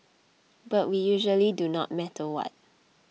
but we usually do no matter what